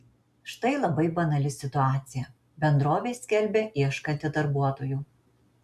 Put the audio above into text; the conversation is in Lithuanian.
štai labai banali situacija bendrovė skelbia ieškanti darbuotojų